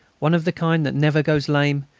one of the kind that never goes lame,